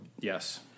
Yes